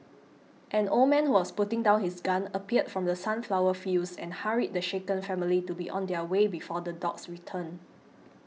an old man who was putting down his gun appeared from the sunflower fields and hurried the shaken family to be on their way before the dogs return